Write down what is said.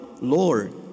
Lord